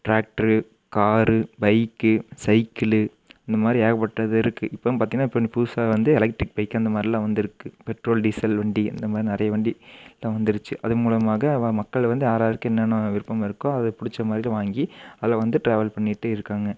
tractor car bike cycle இந்த மாதிரி ஏகப்பட்டது இருக்குது இப்போவும் பார்த்தீங்கன்னா இப்போ இது புதுசாக வந்து எலெக்ட்ரிக் பைக்கு அந்த மாதிரிலாம் வந்திருக்கு பெட்ரோல் டீசல் வண்டி அந்த மாதிரி நிறைய வண்டி எல்லாம் வந்துடுச்சு அது மூலமாக வ மக்கள் வந்து யார்யாருக்கு என்னென்ன விருப்பம் இருக்கோ அதை பிடிச்ச மாதிரி வாங்கி அதில் வந்து ட்ராவல் பண்ணிக்கிட்டு இருக்காங்க